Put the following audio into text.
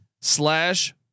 slash